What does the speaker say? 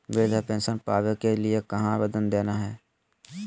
वृद्धा पेंसन पावे के लिए कहा आवेदन देना है?